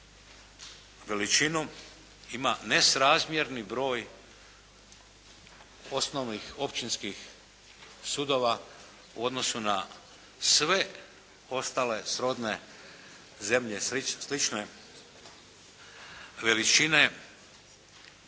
veličinu ima nesrazmjerni broj osnovnih općinskih sudova u odnosu na sve ostale srodne zemlje slične veličine